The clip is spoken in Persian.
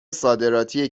صادراتی